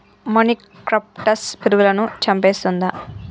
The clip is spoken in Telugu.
మొనిక్రప్టస్ పురుగులను చంపేస్తుందా?